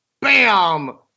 bam